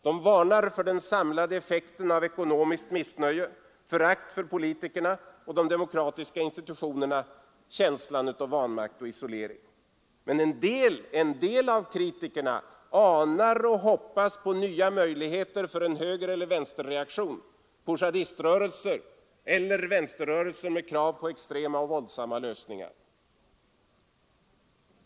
De varnar för den samlade effekten av ekonomiskt missnöje, förakt för politikerna och de demokratiska institutionerna samt känsla av vanmakt och isolering. Men en del av kritikerna anar eller hoppas på nya möjligheter för en högereller vänsterreaktion, poujadiströrelser eller 31 vänsterrörelser med krav på extrema och våldsamma lösningar.